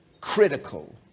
critical